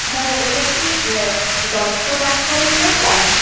হ্যাঁ এটা কি দত্ত ডাক্তারের নম্বর